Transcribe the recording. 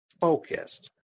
focused